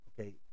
Okay